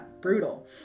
Brutal